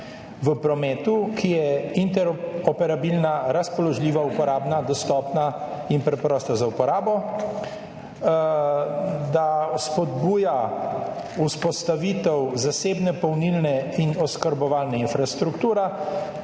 v prometu, ki je interoperabilna, razpoložljiva, uporabna, dostopna in preprosta za uporabo, da spodbuja vzpostavitev zasebne polnilne in oskrbovalne infrastrukture,